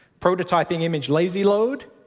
prototyping image lazy load,